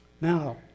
Now